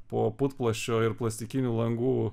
po putplasčio ir plastikinių langų